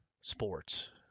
sports